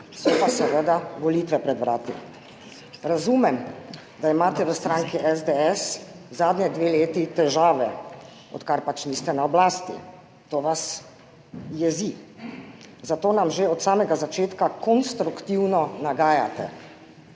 so pa seveda volitve pred vrati. Razumem, da imate v stranki SDS zadnji dve leti težave, odkar pač niste na oblasti - to vas jezi. Zato nam že od samega začetka konstruktivno nagajate.